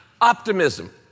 optimism